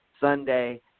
Sunday